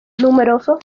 numerosos